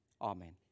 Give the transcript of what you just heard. Amen